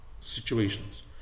situations